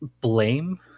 blame